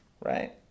right